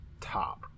top